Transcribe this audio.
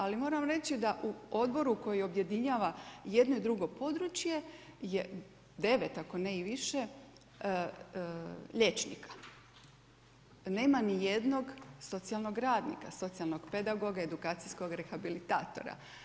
Ali moram reći da u odboru koji objedinjava jedno i drugo područje je 9 ako ne i više liječnika, nema ni jednog socijalnog radnika, socijalnog pedagoga, edukacijskog rehabilitatora.